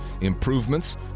improvements